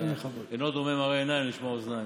אינו דומה מראה עיניים למשמע אוזניים.